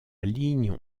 ligne